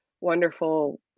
wonderful